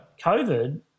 COVID